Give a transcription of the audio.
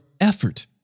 effort